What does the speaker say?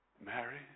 Mary